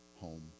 home